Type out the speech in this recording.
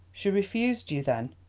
she refused you, then?